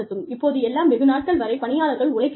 இப்போதெல்லாம் வெகு நாட்கள் வரை பணியாளர்கள் உழைக்கிறார்கள்